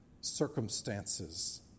circumstances